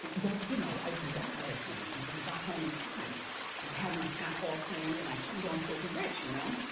well, you know, i was out last night and then i got home in time and i had my snack all planned and i turned on filthy rich, you know?